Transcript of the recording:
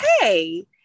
Hey